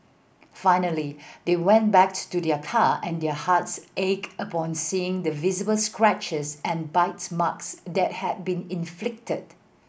finally they went back to their car and their hearts ached upon seeing the visible scratches and bite marks that had been inflicted